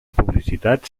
publicitat